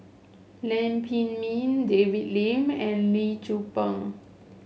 Lam Pin Min David Lim and Lee Tzu Pheng